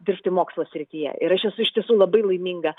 dirbti mokslo srityje ir aš esu iš tiesų labai laiminga